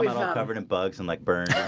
cover to bugs and like burn